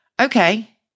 okay